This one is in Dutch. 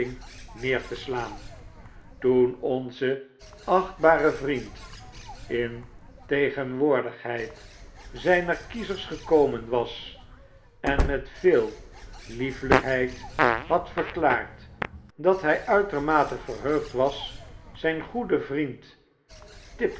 neer te slaan toen onze achtbare vriend in tegenwoordigheid zyner kiezers gekomen was en met veel liefeiykheid had verklaard dat hy uitermate verheugd was zfln goeden vriend